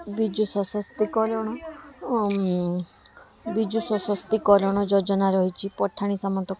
ବିଜୁ ସଶସ୍ତିକରଣ ଓ ବିଜୁ ସଶସ୍ତିକରଣ ଯୋଜନା ରହିଛି ପଠାଣି ସାମନ୍ତ